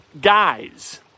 guys